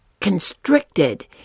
constricted